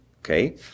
Okay